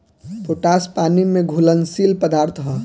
potash पानी में घुलनशील पदार्थ ह